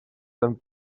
them